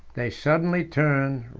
they suddenly turned,